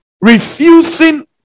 refusing